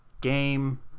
game